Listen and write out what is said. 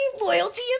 loyalty